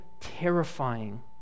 terrifying